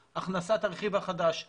אנחנו לא מקימים חדשות במקומן.